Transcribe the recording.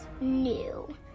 new